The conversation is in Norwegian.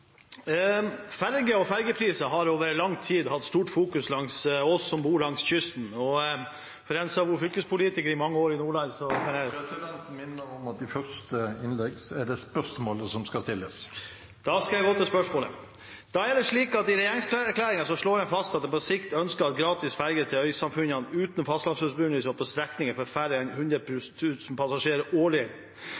og ferjepriser har over lang tid vært fokusert sterkt på av oss som bor langs kysten, og for en som har vært fylkespolitiker i Nordland i mange år … Presidenten minner om at i første innlegg er det spørsmålet som skal stilles. Da skal jeg gå til spørsmålet: «I regjeringserklæringen slår en fast at en på sikt ønsker gratis ferger til øysamfunn uten fastlandsforbindelse og på strekninger hvor det er færre enn 100